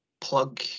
plug